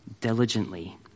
diligently